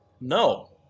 No